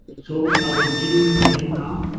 so, i'll continue, to read now.